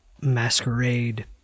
masquerade